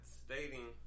stating